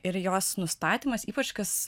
ir jos nustatymas ypač kas